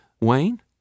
Wayne